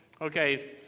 Okay